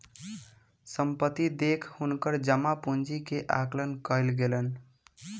संपत्ति देख हुनकर जमा पूंजी के आकलन कयल गेलैन